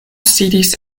sidis